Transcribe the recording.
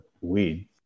weed